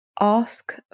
ask